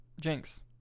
Jinx